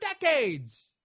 decades